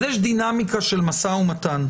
יש דינמיקה של משא ומתן,